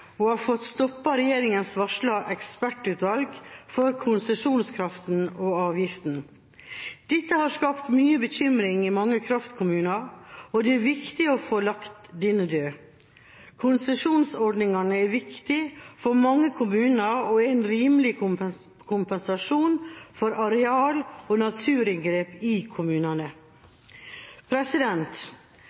fått stoppet regjeringas varslede ekspertutvalg, som skulle se på konsesjonskraften og -avgiften. Dette har skapt mye bekymring i mange kraftkommuner, og det er viktig å få lagt dette dødt. Konsesjonsordningene er viktig for mange kommuner og er en rimelig kompensasjon for areal- og naturinngrep i kommunene.